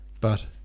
But